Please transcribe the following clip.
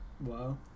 wow